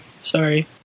Sorry